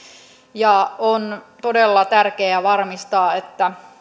ja on todella tärkeää varmistaa että